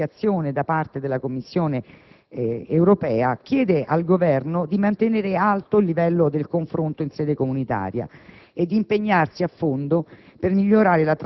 in base anche a questa comunicazione da parte della Commissione europea, chiede giustamente al Governo di mantenere alto il livello del confronto in sede comunitaria